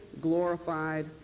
glorified